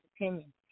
opinion